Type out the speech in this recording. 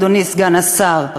אדוני סגן השר.